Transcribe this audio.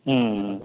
ம் ம்